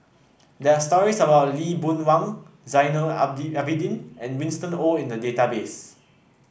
there are stories about Lee Boon Wang Zainal Abidi Abidin and Winston Oh in the database